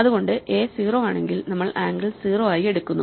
അതുകൊണ്ട് a 0 ആണെങ്കിൽ നമ്മൾ ആംഗിൾ 0 ആയി എടുക്കുന്നു